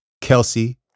Kelsey